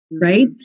right